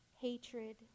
hatred